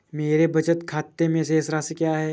मेरे बचत खाते में शेष राशि क्या है?